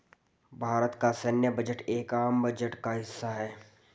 भारत का सैन्य बजट एक आम बजट का हिस्सा है